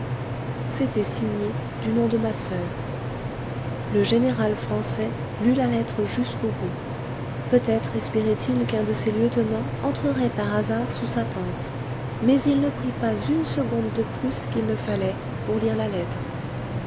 c'était signé du nom de ma soeur le général français lut la lettre jusqu'au bout peut-être espérait il qu'un de ses lieutenants entrerait par hasard sous sa tente mais il ne prit pas une seconde de plus qu'il ne fallait pour lire la lettre